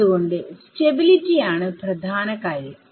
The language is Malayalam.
അത്കൊണ്ട് സ്റ്റബിലിറ്റിആണ് പ്രധാനകാര്യം